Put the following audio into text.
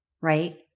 right